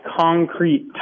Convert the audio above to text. concrete